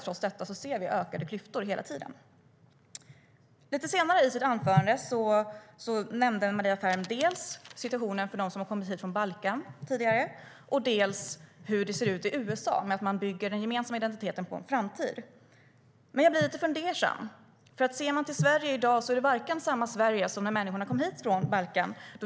Trots detta ser vi ständigt ökade klyftor. Lite senare i sitt anförande nämnde Maria Ferm dels situationen för dem som tidigare kom hit från Balkan, dels hur det ser ut i USA där man bygger den gemensamma identiteten på en framtid. Men jag blir lite fundersam. Sverige i dag är inte samma Sverige som det var när människor kom hit från Balkan.